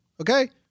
Okay